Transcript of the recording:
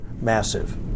massive